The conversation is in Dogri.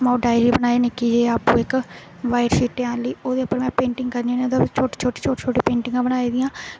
में ओह् डायरी बनाई निक्की जेही आपूं इक व्हाइट शीटें आह्ली ओह्दे पर में पेंटिंग करनी होन्नी ते छोटो छोटी पेंटिंगां बनाई दियां